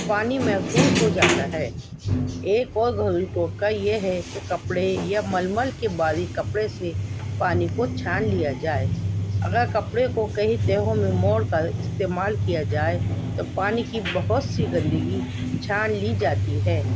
پانی محفوظ ہو جاتا ہے ایک اور گھریلو ٹوٹکا یہ ہے کہ کپڑے یا ململ کے باریک کپڑے سے پانی کو چھان لیا جائے اگر کپڑے کو کئی تہوں میں موڑ کا استعمال کیا جائے تو پانی کی بہت سی گندگی چھان لی جاتی ہے